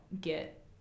get